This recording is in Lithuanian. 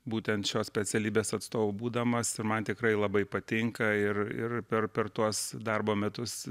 būtent šios specialybės atstovu būdamas man tikrai labai patinka ir ir per per tuos darbo metus